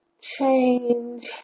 change